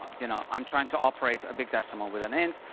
you know, i'm trying to operate a big decimal with an end,